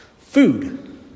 Food